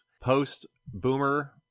Post-boomer